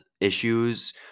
issues